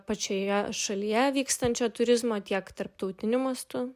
pačioje šalyje vykstančio turizmo tiek tarptautiniu mastu